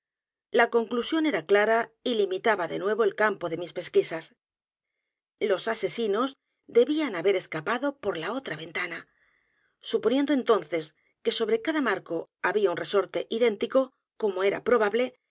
la conclusión era clara y limitaba d e nuevo el campo de mis pesquisas los asesinos debían haber escapado por la otra ventana suponiendo entonces que sobre cada mareo había n n resorte idéntico como era probable